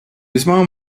весьма